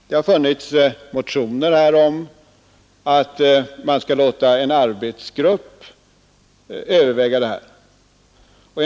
Det har funnits motioner om att man skall låta en arbetsgrupp överväga detta material.